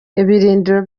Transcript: ibirindiro